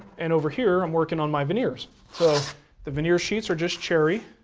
and over here i'm working on my veneers. so the veneer sheets are just cherry,